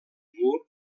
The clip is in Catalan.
mur